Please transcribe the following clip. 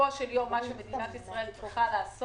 בסופו של דבר מה שמדינת ישראל צריכה לעשות,